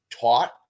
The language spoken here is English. taught